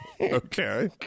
Okay